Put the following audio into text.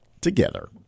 together